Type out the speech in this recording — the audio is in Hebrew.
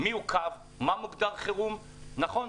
איזה קו מוגדר כקו חירום נכון,